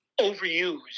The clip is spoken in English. overused